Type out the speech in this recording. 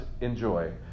enjoy